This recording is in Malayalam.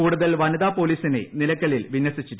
കൂടുതൽ വനിതാ പൊലീസിനെ നിലയ്ക്കലിൽ വിന്യസിച്ചു